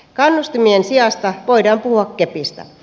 kannustimien sijasta voidaan puhua kepistä